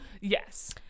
yes